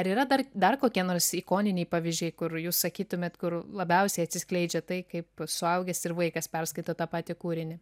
ar yra dar dar kokie nors ikoniniai pavyzdžiai kur jūs sakytumėt kur labiausiai atsiskleidžia tai kaip suaugęs ir vaikas perskaito tą patį kūrinį